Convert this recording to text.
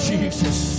Jesus